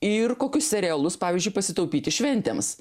ir kokius serialus pavyzdžiui pasitaupyti šventėms